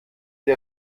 der